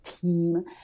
team